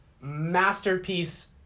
masterpiece